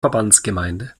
verbandsgemeinde